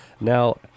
Now